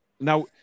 Now